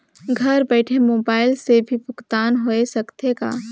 घर बइठे मोबाईल से भी भुगतान होय सकथे का?